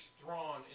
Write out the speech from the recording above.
Thrawn